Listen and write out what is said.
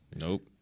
Nope